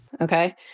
Okay